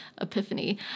epiphany